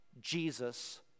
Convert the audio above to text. Jesus